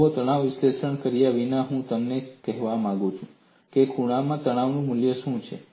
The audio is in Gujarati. જુઓ તણાવ વિશ્લેષણ કર્યા વિના હું તમને કહેવા માંગુ છું કે ખૂણામાં તણાવનું મૂલ્ય શું છે